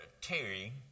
Terry